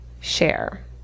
share